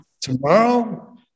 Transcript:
Tomorrow